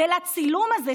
ולצילום הזה,